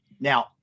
Now